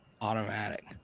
automatic